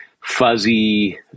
fuzzy